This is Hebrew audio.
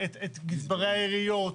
את גזברי העיריות,